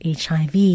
HIV